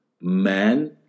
man